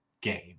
game